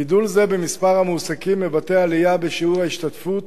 גידול זה במספר המועסקים מבטא עלייה בשיעור ההשתתפות,